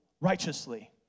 righteously